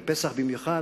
בפסח במיוחד,